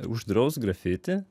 uždraus grafiti